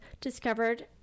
discovered